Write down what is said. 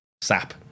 sap